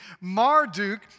Marduk